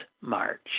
March